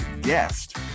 guest